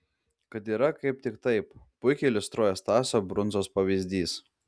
kad yra kaip tik taip puikiai iliustruoja stasio brundzos pavyzdys